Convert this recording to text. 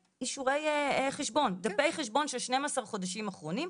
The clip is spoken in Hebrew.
אישורי חשבון של שניים עשר חודשים אחרונים,